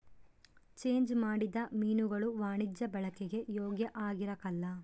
change ಮಾಡಿದ ಮೀನುಗುಳು ವಾಣಿಜ್ಯ ಬಳಿಕೆಗೆ ಯೋಗ್ಯ ಆಗಿರಕಲ್ಲ